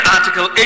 Article